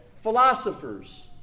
Philosophers